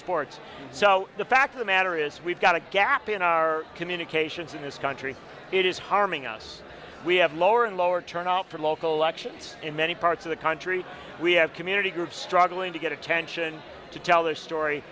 sports so the fact of the matter is we've got a gap in our communications in this country it is harming us we have lower and lower turnout for local elections in many parts of the country we have community groups struggling to get attention to tell their story